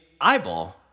Eyeball